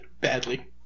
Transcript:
Badly